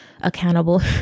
accountable